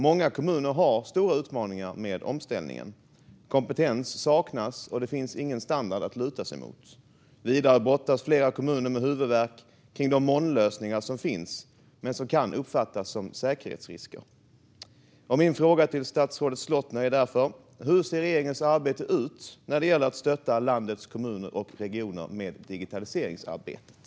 Många kommuner har stora utmaningar med omställningen. Kompetens saknas, och det finns ingen standard att luta sig mot. Vidare brottas flera kommuner med huvudvärk när det gäller de molnlösningar som finns, som kan uppfattas som säkerhetsrisker. Min fråga till statsrådet Slottner är därför: Hur ser regeringens arbete ut när det gäller att stötta landets kommuner och regioner med digitaliseringsarbetet?